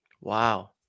Wow